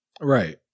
Right